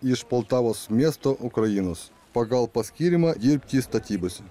iš poltavos miesto ukrainos pagal paskyrimą dirbti statybose